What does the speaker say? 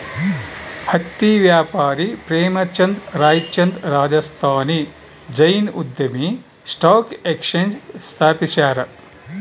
ಹತ್ತಿ ವ್ಯಾಪಾರಿ ಪ್ರೇಮಚಂದ್ ರಾಯ್ಚಂದ್ ರಾಜಸ್ಥಾನಿ ಜೈನ್ ಉದ್ಯಮಿ ಸ್ಟಾಕ್ ಎಕ್ಸ್ಚೇಂಜ್ ಸ್ಥಾಪಿಸ್ಯಾರ